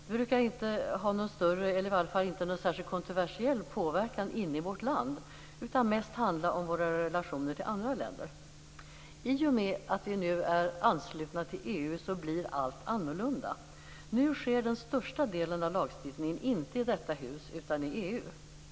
De brukar inte ha någon större eller i varje fall inte någon särskild kontroversiell påverkan inne i vårt land utan mest handla om våra relationer till andra länder. I och med att vi nu är anslutna till EU blir allt annorlunda. Nu sker den största delen av lagstiftningen inte i detta hus utan i EU.